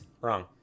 Wrong